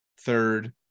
third